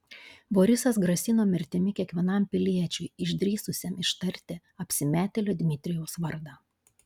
borisas grasino mirtimi kiekvienam piliečiui išdrįsusiam ištarti apsimetėlio dmitrijaus vardą